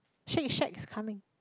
shack shack coming